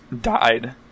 died